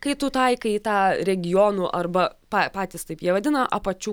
kai tu taikai į tą regionų arba pa patys taip jie vadina apačių